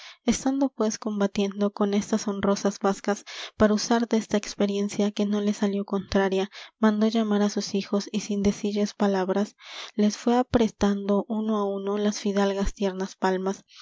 estando pues combatiendo con estas honrosas bascas para usar desta experiencia que no le salió contraria mandó llamar á sus hijos y sin decilles palabra les fué apretando uno á uno las fidalgas tiernas palmas